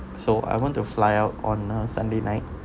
so I want to fly out on a sunday night